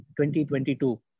2022